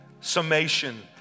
summation